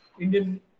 Indian